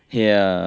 ya